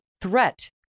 threat